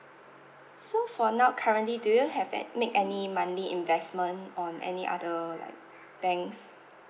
so for now currently do you have at make any monthly investment on any other like banks